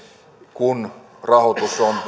kun rahoitus on